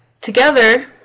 together